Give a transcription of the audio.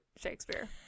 shakespeare